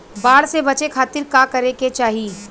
बाढ़ से बचे खातिर का करे के चाहीं?